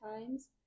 times